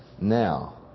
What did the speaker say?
now